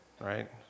right